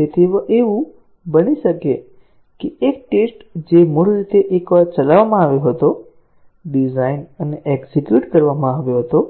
તેથી એવું બની શકે છે કે એક ટેસ્ટ કેસ જે મૂળ રીતે એકવાર ચલાવવામાં આવ્યો હતો ડિઝાઇન અને એક્ઝિક્યુટ કરવામાં આવ્યો હતો